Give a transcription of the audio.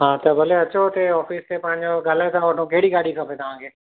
हा त भले अचो हिते ऑफिस ते पंहिंजो ॻाल्हाए था वठूं कहिड़ी गाॾी खपे तव्हांखे